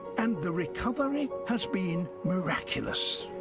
and the recovery has been miraculous.